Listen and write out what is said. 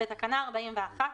בתקנה 41,